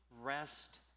rest